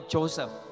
Joseph